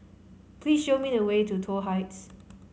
please show me the way to Toh Heights